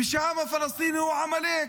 שהעם הפלסטיני הוא עמלק,